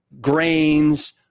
grains